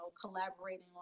collaborating